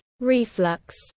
reflux